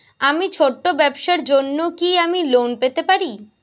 আমার ছোট্ট ব্যাবসার জন্য কি আমি লোন পেতে পারি?